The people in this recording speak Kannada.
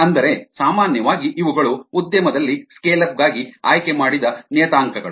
ಅಂದರೆ ಸಾಮಾನ್ಯವಾಗಿ ಇವುಗಳು ಉದ್ಯಮದಲ್ಲಿ ಸ್ಕೇಲ್ ಅಪ್ ಗಾಗಿ ಆಯ್ಕೆಮಾಡಿದ ನಿಯತಾಂಕಗಳು